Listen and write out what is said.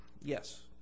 Yes